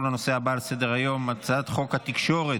13 בעד, אין מתנגדים, אין נמנעים.